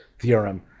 theorem